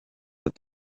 that